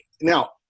Now